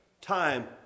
time